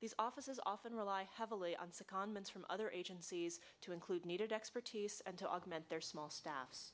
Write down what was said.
these offices often rely heavily on said comments from other agencies to include needed expertise and to augment their small staff